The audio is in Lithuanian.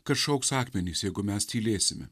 kad šauks akmenys jeigu mes tylėsime